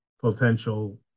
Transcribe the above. Potential